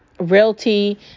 realty